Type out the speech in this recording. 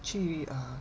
去 err